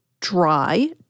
dry